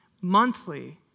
monthly